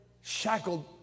Shackled